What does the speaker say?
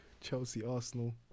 Chelsea-Arsenal